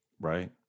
Right